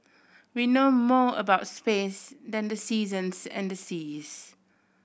we know more about space than the seasons and the seas